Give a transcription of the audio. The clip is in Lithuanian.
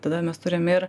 todėl mes turim ir